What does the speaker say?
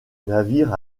navire